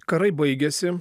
karai baigėsi